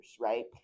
right